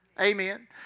Amen